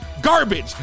garbage